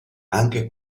anche